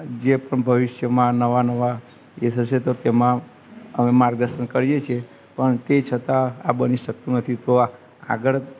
જે પણ ભવિષ્યમાં નવા નવા એ થશે તો તેમાં અમે માર્ગદર્શન કરીએ છીએ પણ તે છતાં આ બની શકતું નથી તો આ આગળ